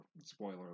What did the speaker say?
Spoiler